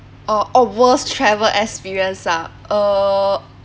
orh oh worst travel experience ah uh